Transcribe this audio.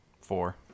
Four